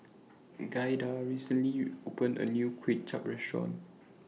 Giada recently opened A New Kuay Chap Restaurant